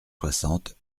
soixante